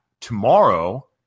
tomorrow